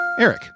Eric